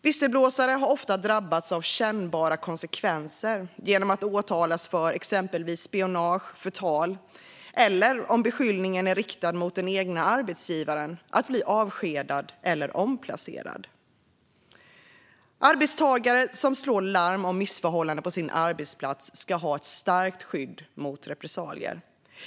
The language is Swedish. Visselblåsare har ofta drabbats av kännbara konsekvenser genom att åtalas för exempelvis spionage, förtal eller, om beskyllningen är riktad mot den egna arbetsgivaren, att bli avskedad eller omplacerad. Arbetstagare som slår larm om missförhållanden på sin arbetsplats ska ha ett starkt skydd mot repressalier.